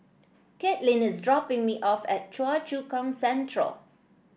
Katelin is dropping me off at Choa Chu Kang Central